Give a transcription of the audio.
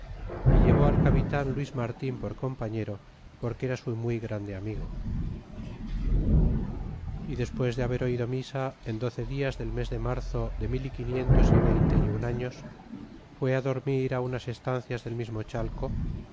y llevó al capitan luis marin por compañero porque era su muy grande amigo y despues de haber oido misa en doce dias del mes de marzo de mil y quinientos y veinte un años fue á dormir á unas estancias del mismo chalco